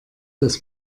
dass